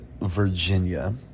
Virginia